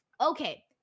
Okay